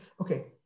Okay